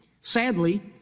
Sadly